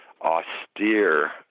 austere